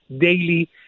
daily